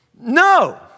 No